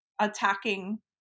attacking